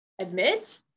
admit